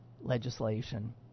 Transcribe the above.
legislation